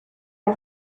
has